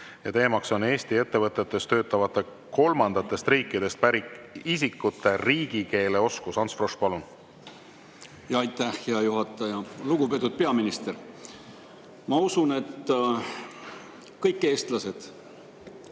ja teema on Eesti ettevõtetes töötavate kolmandatest riikidest pärit isikute riigikeele oskus. Ants Frosch, palun! Aitäh, hea juhataja! Lugupeetud peaminister! Ma usun, et kõik eestlased